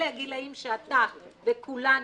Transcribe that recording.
אלה הגילאים שאתה וכולנו,